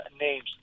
names